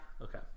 Okay